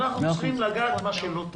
אנחנו צריכים לגעת במה שלא טוב,